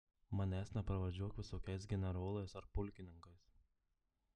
manęs nepravardžiuok visokiais generolais ar pulkininkais